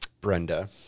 Brenda